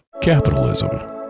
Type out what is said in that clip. Capitalism